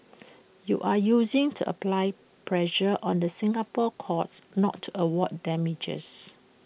you are using to apply pressure on the Singapore courts not to award damages